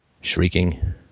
shrieking